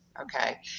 Okay